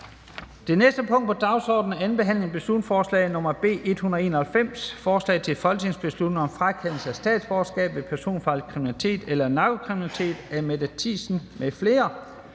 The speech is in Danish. Det næste punkt på dagsordenen er: 17) 2. (sidste) behandling af beslutningsforslag nr. B 191: Forslag til folketingsbeslutning om frakendelse af statsborgerskab ved personfarlig kriminalitet eller narkokriminalitet. Af Mette Thiesen (DF) m.fl.